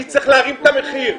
אני צריך להרים את המחיר.